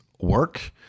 work